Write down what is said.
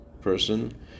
person